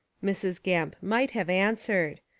mrs. gamp might have answered.